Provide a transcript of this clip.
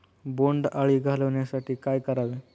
बोंडअळी घालवण्यासाठी काय करावे?